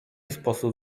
sposób